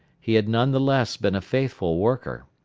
he had none the less been a faithful worker.